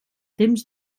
temps